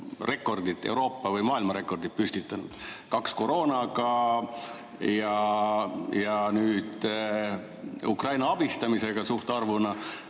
rekordit, Euroopa või maailma rekordit, püstitanud, kaks koroonaga ja üks Ukraina abistamisega suhtarvuna